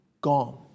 gone